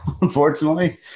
unfortunately